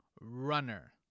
runner